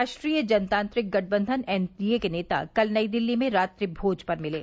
राष्ट्रीय जनतांत्रिक गठबंधन एन डी ए के नेता कल नई दिल्ली में रात्रिभोज पर मिले